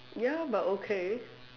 ya but okay